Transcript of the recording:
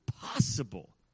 possible